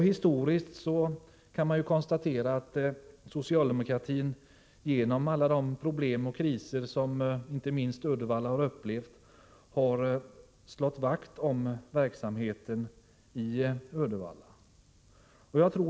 Historiskt kan man konstatera att socialdemokratin under alla de kriser som inte minst Uddevalla upplevt har slagit vakt om verksamheten i Uddevalla.